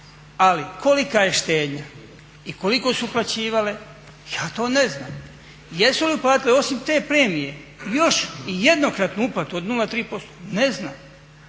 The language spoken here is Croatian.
Ali kolika je štednja i koliko su uplaćivale, ja to ne znam. Jesu li uplatile osim te premije još i jednokratnu uplatu od 0,3%? Ne znam.